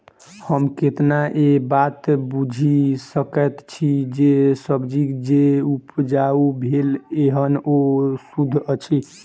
हम केना ए बात बुझी सकैत छी जे सब्जी जे उपजाउ भेल एहन ओ सुद्ध अछि?